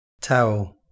towel